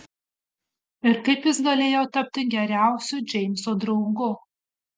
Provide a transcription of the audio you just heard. ir kaip jis galėjo tapti geriausiu džeimso draugu